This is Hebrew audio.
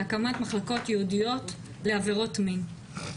להקמת מחלקות ייעודיות לעבירות מין.